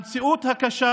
המציאות קשה.